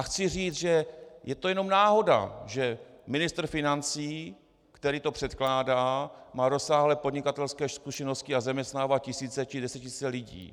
Chci říct, že je to jenom náhoda, že ministr financí, který to předkládá, má rozsáhlé podnikatelské zkušenosti a zaměstnává tisíce či desetitisíce lidí.